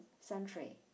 century